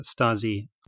Stasi